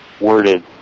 worded